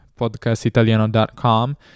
podcastitaliano.com